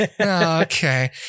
Okay